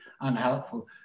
unhelpful